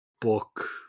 Book